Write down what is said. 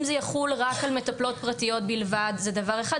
אם זה יחול רק על מטפלות פרטיות בלבד זה דבר אחד,